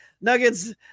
Nuggets